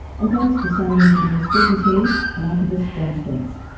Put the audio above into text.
and thanks to sound engineer stephen tilley and archivist john spence